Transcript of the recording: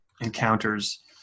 encounters